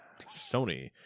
Sony